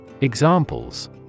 Examples